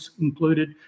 included